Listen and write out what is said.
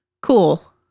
Cool